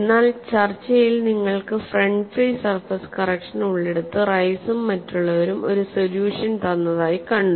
എന്നാൽ ചർച്ചയിൽ നിങ്ങൾക്ക് ഫ്രണ്ട് ഫ്രീ സർഫസ് കറക്ഷൻ ഉള്ളിടത്ത് റൈസും മറ്റുള്ളവരും ഒരു സൊല്യൂഷൻ തന്നതായി കണ്ടു